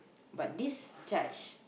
but this charge